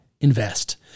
invest